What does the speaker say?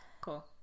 Cool